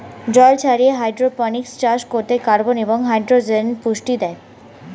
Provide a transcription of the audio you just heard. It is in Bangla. জল ছাড়িয়ে হাইড্রোপনিক্স চাষ করতে কার্বন এবং হাইড্রোজেন পুষ্টি দেয়